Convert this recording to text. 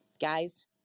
Guys